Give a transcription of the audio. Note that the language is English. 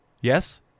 Yes